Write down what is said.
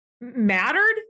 mattered